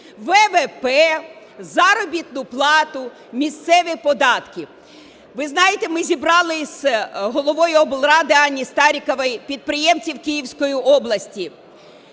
ВВП, заробітну плату, місцеві податки. Ви знаєте, ми зібрали з головою облради Анею Стариковою підприємців Київської області,